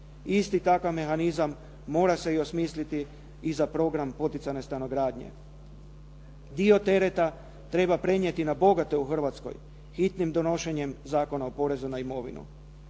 Isti takav mehanizam mora se i osmisliti i za program poticajne stanogradnje. Dio tereta treba prenijeti na bogate u Hrvatskoj hitnim donošenjem Zakona o porezu na imovinu.